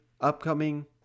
upcoming